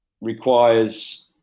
requires